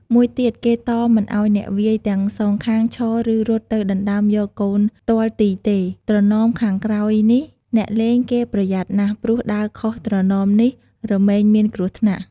មួយទៀត គេតមមិនឲ្យអ្នកវាយទាំងសងខាងឈរ ឬរត់ទៅដណ្តើមយកកូនទាល់ទីទេ ត្រណមខាងក្រោយនេះ អ្នកលេងគេប្រយ័ត្នណាស់ ព្រោះដើរខុសត្រណមនេះរមែងមានគ្រោះថ្នាក់។